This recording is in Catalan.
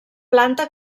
planta